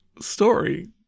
story